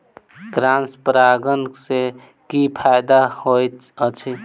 Cross परागण सँ की फायदा हएत अछि?